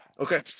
Okay